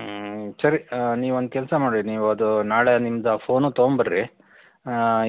ಹ್ಞೂ ಸರಿ ನೀವೊಂದು ಕೆಲಸ ಮಾಡಿ ನೀವದು ನಾಳೆ ನಿಮ್ಮದಾ ಫೋನು ತಗೊಂಬರ್ರಿ